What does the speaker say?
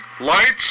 Lights